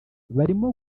barimo